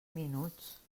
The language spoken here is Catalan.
minuts